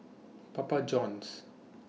Papa Johns